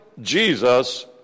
Jesus